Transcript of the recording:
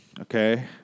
Okay